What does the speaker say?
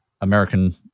American